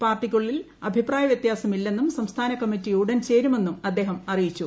പാർട്ടിക്കുള്ളിൽ അഭിപ്രായ വൃത്യാസമില്ലെ ന്നും സംസ്ഥാന കമ്മിറ്റി ഉടൻ ചേരുമെന്നും അദ്ദേഹം അറിയിച്ചു